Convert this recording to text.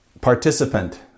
participant